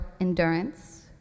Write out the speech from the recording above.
endurance